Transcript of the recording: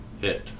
hit